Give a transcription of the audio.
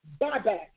buyback